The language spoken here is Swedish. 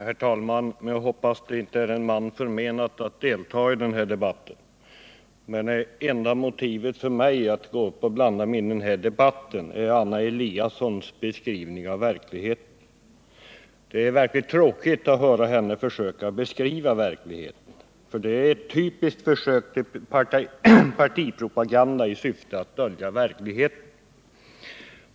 Herr talman! Jag hoppas att det inte är en man förmenat att delta i denna debatt. Det enda motivet för mig att gå upp och blanda mig i debatten är Anna Eliassons beskrivning av verkligheten. Det är tråkigt att höra henne försöka beskriva verkligheten, för det är ett typiskt försök till partipropaganda i syfte att dölja den riktiga verkligheten.